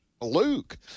luke